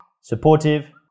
supportive